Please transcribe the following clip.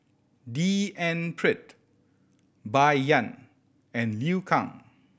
D N Pritt Bai Yan and Liu Kang